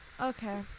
Okay